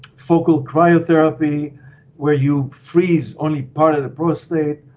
focal cryotherapy where you freeze only part of the prostate,